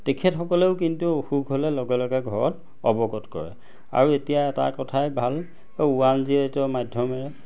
তেখেতসকলেও কিন্তু অসুখ হ'লে লগে লগে ঘৰত অৱগত কৰে আৰু এতিয়া এটা কথাই ভাল ওৱান জিঅ'এইটৰ মাধ্যমেৰে